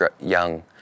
young